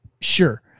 Sure